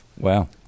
Wow